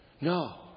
No